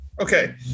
Okay